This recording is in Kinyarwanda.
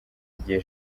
igihe